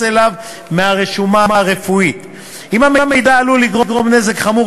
אליו מהרשומה הרפואית אם המידע עלול לגרום נזק חמור